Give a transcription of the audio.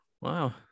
Wow